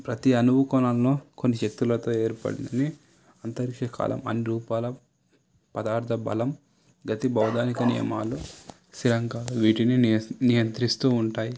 ప్రతీ అణువు కొనలలో కొన్ని శక్తులతో ఏర్పడినవి అంతరిక్ష కాలం అన్ని రూపాల పదార్ధ బలం గతి భౌగోళిక నియమాలు స్థిరంగా వీటిని నియస్ నియంత్రిస్తూ ఉంటాయి